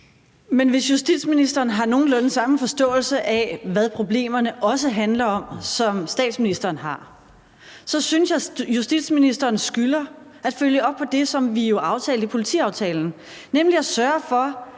Men hvis justitsministeren har nogenlunde samme forståelse af, hvad problemerne også handler om, som statsministeren har, så synes jeg, at justitsministeren skylder at følge op på det, som vi jo aftalte i politiaftalen, nemlig at sørge for,